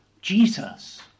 Jesus